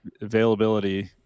availability